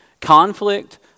Conflict